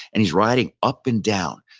and he's riding up and down,